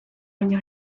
baina